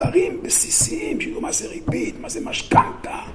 דברים בסיסיים של מה זה ריבית, מה זה משכנתא.